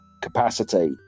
capacity